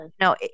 no